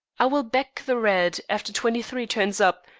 i will back the red after twenty-three turns up,